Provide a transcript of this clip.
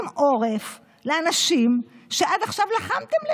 עורף לאנשים שעד עכשיו לחמתם למענם.